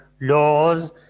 laws